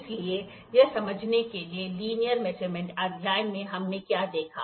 इसलिए यह समझने के लिए कि लिनियर मेजरमेंट अध्याय में हमने क्या देखा